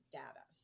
data